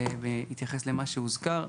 בהתייחס למה שהוזכר,